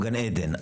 גן עדן.